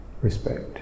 respect